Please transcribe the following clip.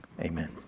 Amen